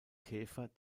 käfer